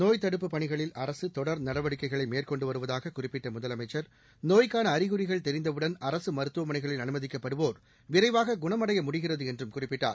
நோய் தடுப்பு பணிகளில் அரசு தொடர் நடவடிக்கைகளை மேற்கொண்டு வருவதாகக் குறிப்பிட்ட முதலமைச்சா் நோய்க்கான அறிகுறிகள் தெரிந்தவுடன் அரசு மருத்துவமனைகளில் அனுமதிக்கப்படுவோா விரைவாக குணமடைய முடிகிறது என்றும் குறிப்பிட்டார்